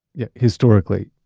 yeah. historically,